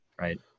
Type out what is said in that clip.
right